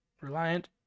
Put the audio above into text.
Reliant